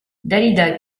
dalida